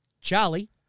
Charlie